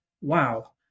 wow